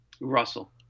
Russell